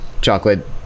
chocolate